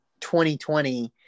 2020